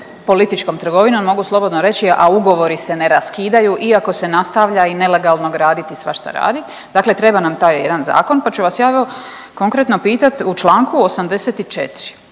političkom trgovinom mogu slobodno reći, a ugovori se ne raskidaju iako se nastavlja i nelegalno graditi i svašta radit, dakle treba nam taj jedan zakon. Pa ću vas ja evo konkretno pitat u čl. 84.